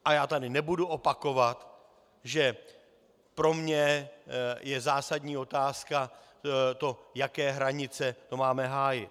A já tady nebudu opakovat, že pro mě je zásadní otázka to, jaké hranice máme hájit.